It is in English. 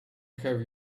have